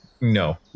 no